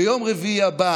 ביום רביעי הבא